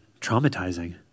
traumatizing